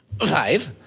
Five